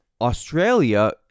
Australia